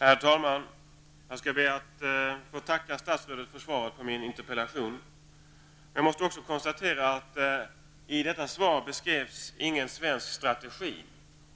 Herr talman! Jag skall be att få tacka statsrådet för svaret på min interpellation. I detta svar beskrevs inte någon svensk strategi